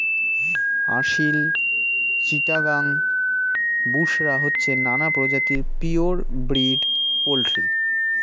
আসিল, চিটাগাং, বুশরা হচ্ছে নানা প্রজাতির পিওর ব্রিড পোল্ট্রি